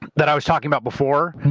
that i was talking about before,